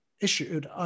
issued